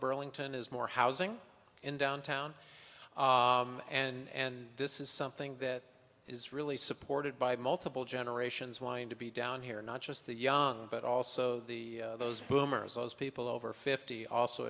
burlington is more housing in downtown and this is something that is really supported by multiple generations wind to be down here not just the young but also the those boomers those people over fifty also